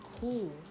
Cool